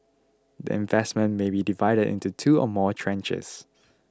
the investment may be divided into two or more tranches